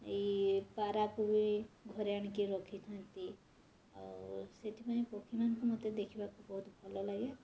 ଏଇ ପାରାକୁ ବି ଘରେ ଆଣିକି ରଖିଥାନ୍ତି ଆଉ ସେଥିପାଇଁ ପକ୍ଷୀ ମାନଙ୍କୁ ମୋତେ ଦେଖିବାକୁ ବହୁତ ଭଲ ଲାଗେ